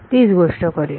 तीच गोष्ट करू या